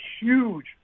huge